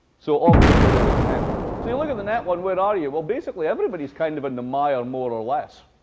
so obviously, look at the net one. so you look at the net one, where are you? well, basically, everybody's kind of in the mire, more or less.